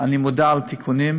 אני מודע לתיקונים,